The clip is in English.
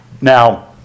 Now